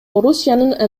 орусиянын